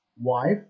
wife